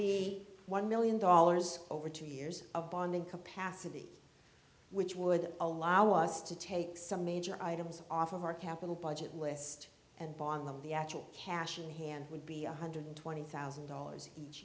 be one million dollars over two years of bonding capacity which would allow us to take some major items off of our capital budget list and bottom of the actual cash in hand would be one hundred twenty thousand dollars each